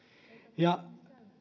ja